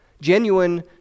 Genuine